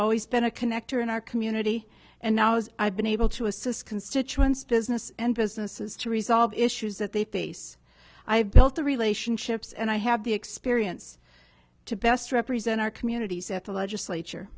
always been a connector in our community and now as i've been able to assist constituents business and businesses to resolve issues that they face i have built the relationships and i have the experience to best represent our communities at the legislature